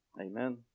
Amen